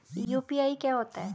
UPI क्या होता है?